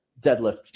deadlift